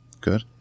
Good